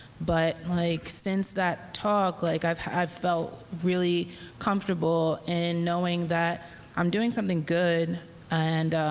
but like since that talk, like i've i've felt really comfortable in knowing that i'm doing something good and